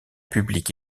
public